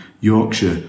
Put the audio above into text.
Yorkshire